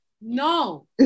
No